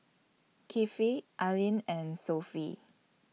Kefli Ain and Sofea